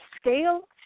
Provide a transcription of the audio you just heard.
scale